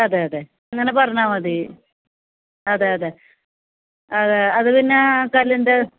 അതെ അതെ അങ്ങനെ പറഞ്ഞാൽ മതി അതെ അതെ അത് അതു പിന്നെ കല്ലിൻ്റെ